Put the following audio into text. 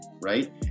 right